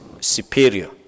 superior